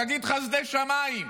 תגיד: חסדי שמיים,